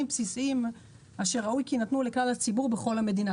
בסיסיים אשר ראוי כי יינתנו לכלל הציבור בכל המדינה.